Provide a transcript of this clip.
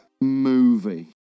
movie